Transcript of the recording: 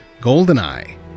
GoldenEye